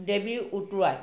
দেৱী উটুৱায়